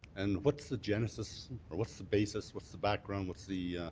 and what's the genesis or what's the basis, what's the background, what's the